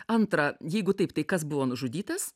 antra jeigu taip tai kas buvo nužudytas